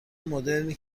مدرنی